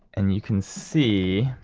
and you can see,